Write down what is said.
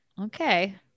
Okay